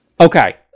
Okay